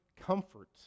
comfort